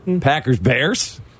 Packers-Bears